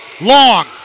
Long